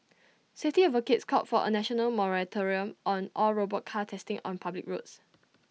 safety advocates called for A national moratorium on all robot car testing on public roads